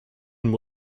and